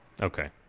Okay